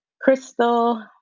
Crystal